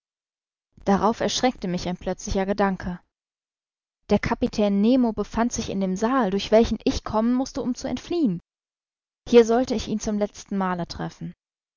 darauf erschreckte mich ein plötzlicher gedanke der kapitän nemo befand sich in dem saal durch welchen ich kommen mußte um zu entfliehen hier sollte ich ihn zum letzten male treffen